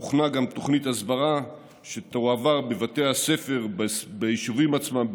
והוכנה גם תוכנית הסברה שתועבר בבתי הספר ביישובים עצמם,